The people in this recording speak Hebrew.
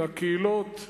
לקהילות,